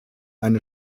eine